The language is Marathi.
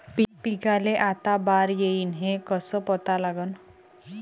पिकाले आता बार येईन हे कसं पता लागन?